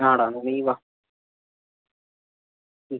ആ എടാ എന്നാൽ നീ വാ മ്